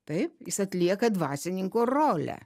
taip jis atlieka dvasininko rolę